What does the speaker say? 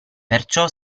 perciò